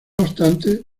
obstante